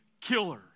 killer